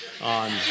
on